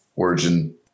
Origin